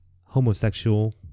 homosexual